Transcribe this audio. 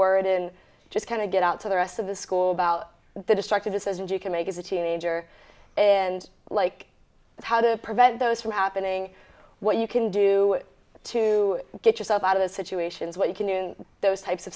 word and just kind of get out to the rest of the school about the destructive this is and you can make as a teenager and like how to prevent those from happening what you can do to get yourself out of the situations what you can do in those types of